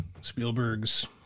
Spielberg's